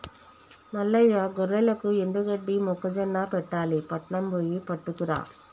మల్లయ్య గొర్రెలకు ఎండుగడ్డి మొక్కజొన్న పెట్టాలి పట్నం బొయ్యి పట్టుకురా